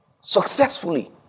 Successfully